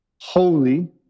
holy